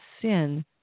sin